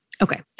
Okay